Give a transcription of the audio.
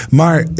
maar